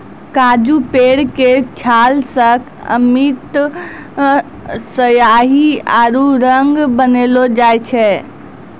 काजू पेड़ के छाल सॅ अमिट स्याही आरो रंग बनैलो जाय छै